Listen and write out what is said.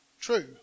true